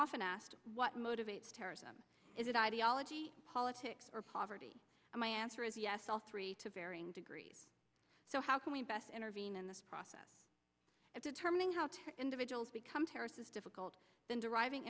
often asked what motivates terrorism is it ideology politics or poverty and my answer is yes to all three to varying degrees so how can we best intervene in this process of determining how to individuals become terrorists is difficult then deriving